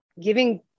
giving